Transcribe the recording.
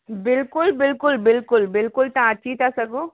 बिल्कुलु बिल्कुलु बिल्कुलु बिल्कुलु तव्हां अची था सघो